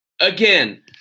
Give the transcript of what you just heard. again